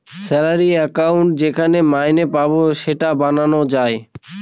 salary account যেখানে মাইনে পাবো সেটা বানানো যায়